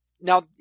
Now